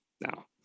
now